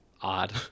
odd